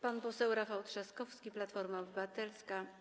Pan poseł Rafał Trzaskowski, Platforma Obywatelska.